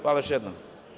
Hvala još jednom.